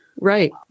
right